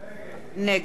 דניאל אילון,